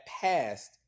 passed